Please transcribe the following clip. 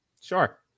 sure